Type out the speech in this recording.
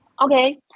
Okay